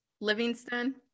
Livingston